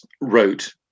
wrote